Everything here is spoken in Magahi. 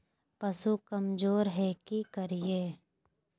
पशु कमज़ोर है कि करिये?